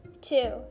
two